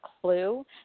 clue